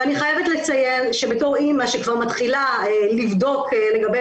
ואני חייבת לציין שבתור אימא שכבר מתחילה לבדוק לגבי